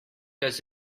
does